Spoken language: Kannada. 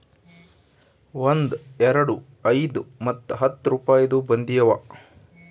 ಒಂದ್, ಎರಡು, ಐಯ್ದ ಮತ್ತ ಹತ್ತ್ ರುಪಾಯಿದು ಬಂದಿ ಅವಾ